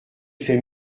fait